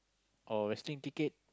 or wrestling ticket